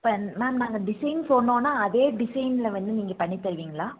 இப்போ மேம் நாங்கள் டிசைன் சொன்னோன்னா அதே டிசைனில் வந்து நீங்கள் பண்ணித் தருவீங்களா